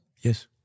Yes